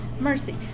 Mercy